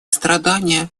страдания